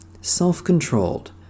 self-controlled